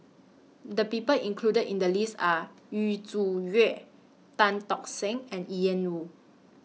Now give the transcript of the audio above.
The People included in The list Are Yu Zhuye Tan Tock Seng and Ian Woo